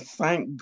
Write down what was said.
thank